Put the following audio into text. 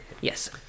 Yes